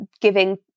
giving